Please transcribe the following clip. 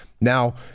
now